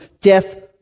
death